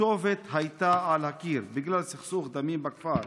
הכתובת הייתה על הקיר, בגלל סכסוך דמים בכפר,